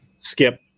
skip